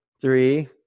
three